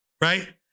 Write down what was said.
right